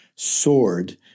sword